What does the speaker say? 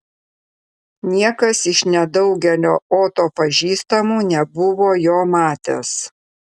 niekas iš nedaugelio oto pažįstamų nebuvo jo matęs